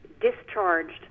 discharged